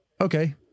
okay